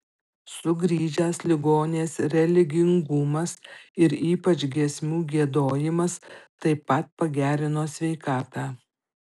sugrįžęs ligonės religingumas ir ypač giesmių giedojimas taip pat pagerino sveikatą